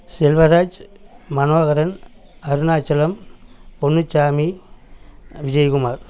Selvaraj Manoharan Arunachalam Ponnusamy Vijaykumar